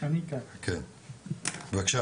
בבקשה